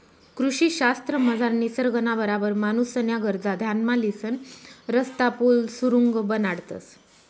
कृषी शास्त्रमझार निसर्गना बराबर माणूसन्या गरजा ध्यानमा लिसन रस्ता, पुल, सुरुंग बनाडतंस